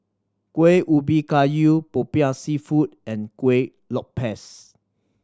Kuih Ubi Kayu Popiah Seafood and Kueh Lopes